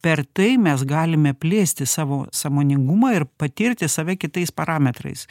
per tai mes galime plėsti savo sąmoningumą ir patirti save kitais parametrais